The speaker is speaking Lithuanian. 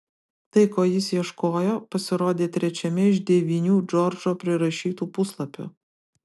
tai ko jis ieškojo pasirodė trečiame iš devynių džordžo prirašytų puslapių